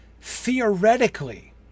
Theoretically